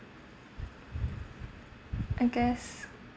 I guess